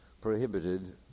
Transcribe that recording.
prohibited